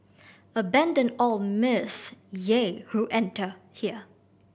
abandon all mirth Ye who enter here